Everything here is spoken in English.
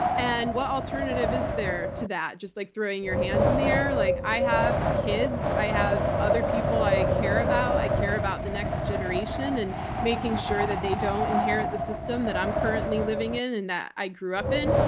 and what alternative is there to that? just like throwing your hands in the air? like i have kids, i have other people i care about, i care about the next generation and making sure that they don't inherit the system that i'm currently living in, and that i grew up in.